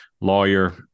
lawyer